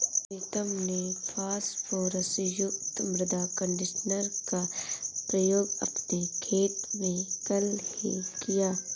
प्रीतम ने फास्फोरस युक्त मृदा कंडीशनर का प्रयोग अपने खेत में कल ही किया